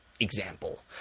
Example